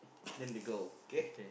then the girl okay